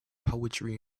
poetry